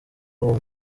uwo